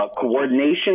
coordination